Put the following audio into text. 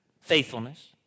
faithfulness